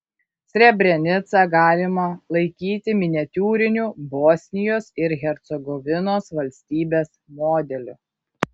srebrenicą galima laikyti miniatiūriniu bosnijos ir hercegovinos valstybės modeliu